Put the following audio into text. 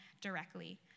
directly